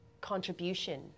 contribution